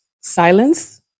Silence